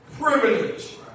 privilege